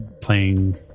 playing